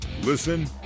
Listen